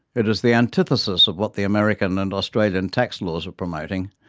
it is the antithesis of what the american and australian tax laws are promoting,